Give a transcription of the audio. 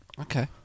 Okay